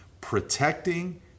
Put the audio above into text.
protecting